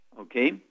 Okay